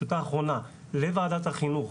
טיוטה אחרונה לוועדת החינוך,